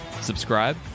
subscribe